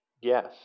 Yes